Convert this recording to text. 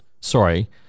Sorry